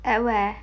at where